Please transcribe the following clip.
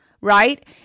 right